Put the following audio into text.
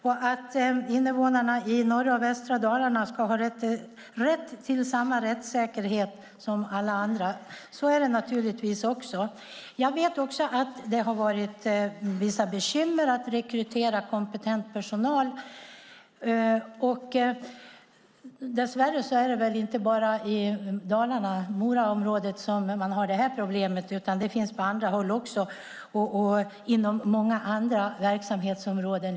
Och invånarna i norra och västra Dalarna ska naturligtvis ha rätt till samma rättssäkerhet som alla andra. Jag vet också att det har varit vissa bekymmer med att rekrytera kompetent personal. Dess värre är det väl inte bara i Dalarna och Moraområdet som man har det problemet, utan det finns också på andra håll och inom många andra verksamhetsområden.